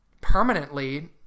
permanently